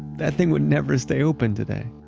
that thing would never stay open today!